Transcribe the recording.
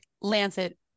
Lancet